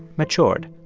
matured.